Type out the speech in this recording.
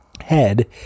head